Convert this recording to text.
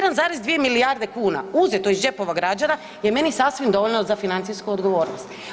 1,2 milijarde kuna uzeto iz džepova građana je meni sasvim dovoljno za financijsku odgovornost.